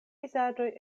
vizaĝoj